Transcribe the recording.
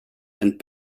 and